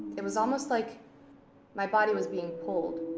it was almost like my body was being pulled,